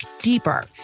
deeper